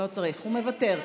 לא צריך, הוא מוותר.